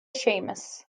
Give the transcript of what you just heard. séamas